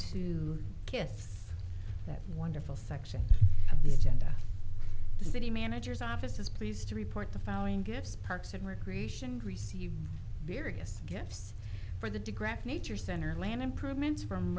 to kiss that wonderful section of the tent city manager's office is pleased to report the following guests parks and recreation receive various gifts for the digraph nature center land improvements from